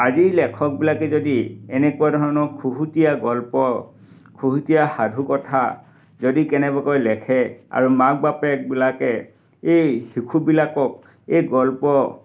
আজি লেখকবিলাকে যদি এনেকুৱা ধৰণৰ খুহুটীয়া গল্প খুহুটীয়া সাধু কথা যদি কেনেবাকৈ লেখে আৰু মাক বাপেকবিলাকে এই শিশুবিলাকক এই গল্প